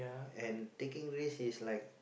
and taking risk is like